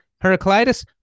Heraclitus